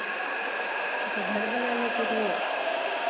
अच्छा घर बनाने के लिए